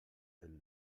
elle